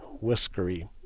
whiskery